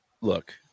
look